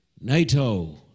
NATO